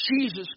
Jesus